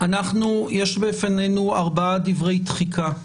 יש בפנינו ארבעה דברי תחיקה.